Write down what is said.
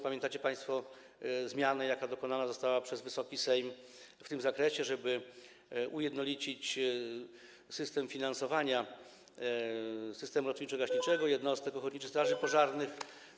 Pamiętacie państwo zmianę, jaka dokonana została przez Wysoki Sejm w tym zakresie, żeby ujednolicić system finansowania systemu ratowniczo-gaśniczego jednostek ochotniczych straży pożarnych.